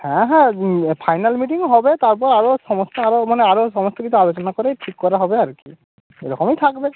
হ্যাঁ হ্যাঁ final meeting ও হবে তারপর আরো সমস্যা আরো মানে আরো সমস্ত কিছু আলোচনা করেই ঠিক করা হবে আর কি এরকমই থাকবে